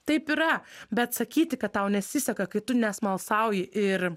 taip yra bet sakyti kad tau nesiseka kai tu nesmalsauji ir